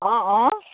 অঁ অঁ